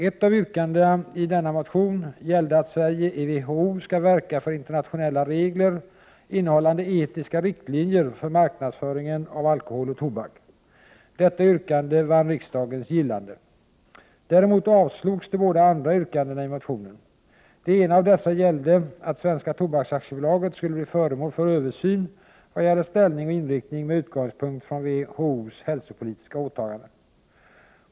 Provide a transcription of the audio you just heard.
Ett av yrkandena i denna motion gällde att Sverige i WHO skall verka för internationella regler, innehållande etiska riktlinjer för marknadsföring av alkohol och tobak. Detta yrkande vann riksdagens gillande. Däremot avslogs de båda andra yrkandena i motionen. Det ena av dessa gällde att Svenska Tobaks AB skulle bli föremål för översyn vad gäller ställning och inriktning med utgångspunkt i WHO:s hälsopolitiska åtagande.